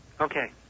Okay